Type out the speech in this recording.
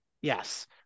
Yes